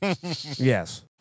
Yes